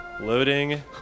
Loading